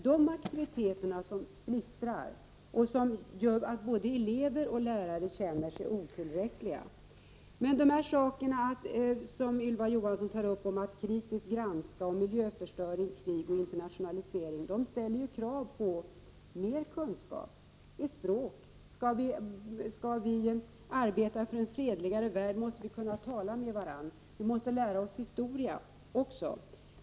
Det är sådana aktiviteter som splittrar och gör att både elever och lärare känner sig otillräckliga. De saker som Ylva Johansson talar om — kritisk granskning, miljöförstöring, krig och internationalisering — ställer ju krav på mer kunskap, t.ex. i språk. Skall vi kunna arbeta för en fredligare värld måste vi kunna tala med varandra, Vi måste också lära oss historia.